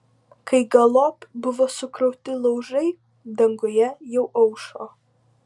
kai galop buvo sukrauti laužai danguje jau aušo